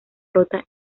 rota